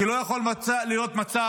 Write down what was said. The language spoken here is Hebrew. כי לא יכול להיות מצב